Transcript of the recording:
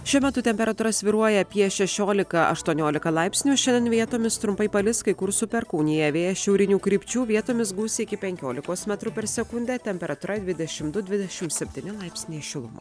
šiuo metu temperatūra svyruoja apie šešiolika aštuoniolika laipsnių šiandien vietomis trumpai palis kai kur su perkūnija vėjas šiaurinių krypčių vietomis gūsiai iki penkiolikos metrų per sekundę temperatūra dvidešim du dvidešim septyni laipsniai šilumo